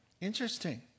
Interesting